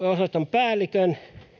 päällikön